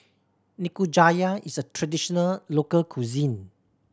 nikujaga is a traditional local cuisine